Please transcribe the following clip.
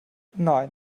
nein